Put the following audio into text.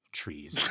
trees